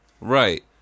Right